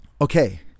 Okay